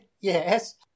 Yes